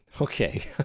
Okay